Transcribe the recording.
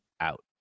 out